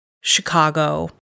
Chicago